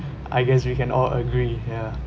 I guess we can all agree ya